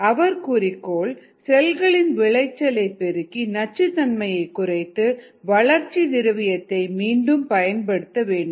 அவர் குறிக்கோள் செல்களின் விளைச்சலைப் பெருக்கி நச்சுத் தன்மையை குறைத்து வளர்ச்சி திரவியத்தை மீண்டும் பயன்படுத்த வேண்டும்